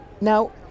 Now